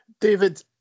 David